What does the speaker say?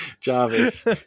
Jarvis